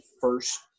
first